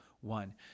one